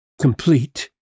complete